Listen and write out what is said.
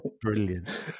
Brilliant